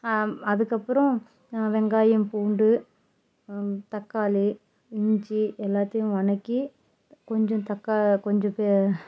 அதுக்கப்புறம் வெங்காயம் பூண்டு தக்காளி இஞ்சி எல்லாத்தையும் வணக்கி கொஞ்ச தக்கா கொஞ்ச கே